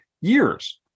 years